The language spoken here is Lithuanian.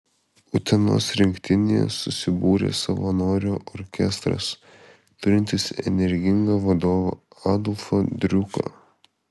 utenos rinktinėje susibūrė savanorių orkestras turintis energingą vadovą adolfą driuką